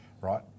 right